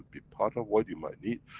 be part of what you might need,